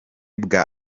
bwa